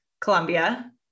Colombia